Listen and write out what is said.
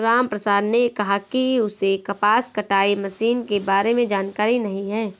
रामप्रसाद ने कहा कि उसे कपास कटाई मशीन के बारे में जानकारी नहीं है